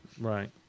Right